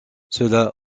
cela